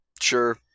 Sure